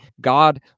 god